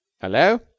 Hello